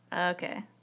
Okay